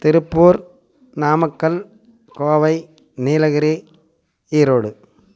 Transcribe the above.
Tiruppur Namakkal Kovai Nilgiri Erode